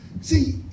see